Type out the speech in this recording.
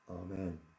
Amen